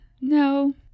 No